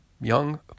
young